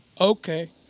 Okay